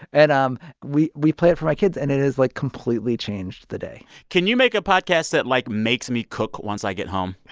and um we we play it for my kids. and it has, like, completely changed the day can you make a podcast that, like, makes me cook once i get home?